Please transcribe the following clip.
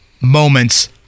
moments